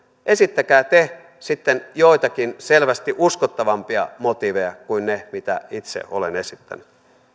esittäkää te sitten joitakin selvästi uskottavampia motiiveja kuin ne mitä itse olen esittänyt